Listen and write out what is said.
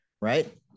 right